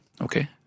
Okay